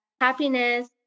happiness